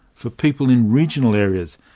for people in regional areas,